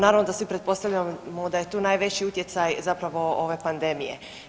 Naravno da svi pretpostavljamo da je tu najveći utjecaj zapravo ove pandemije.